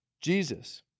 Jesus